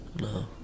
No